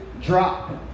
drop